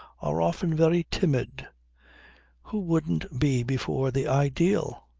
are often very timid who wouldn't be before the ideal?